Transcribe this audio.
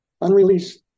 Unreleased